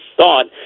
thought